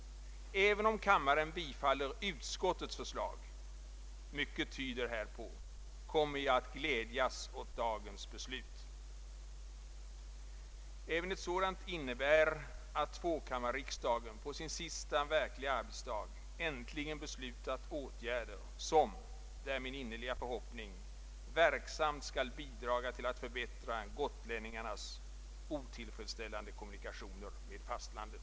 Även om kammaren bifaller utskottets förslag — mycket tyder härpå — kommer jag att glädjas åt dagens beslut. I båda fallen innebär det att tvåkammarriksdagen på sin sista verkliga arbetsdag äntligen beslutat åtgärder som, det är min innerliga förhoppning, verksamt skall bidraga till att förbättra gotlänningarnas otillfredsställande kommunikationer med fastlandet.